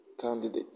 candidate